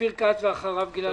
אופיר כץ ואחריו גלעד קריב.